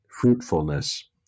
fruitfulness